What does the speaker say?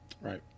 Right